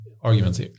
arguments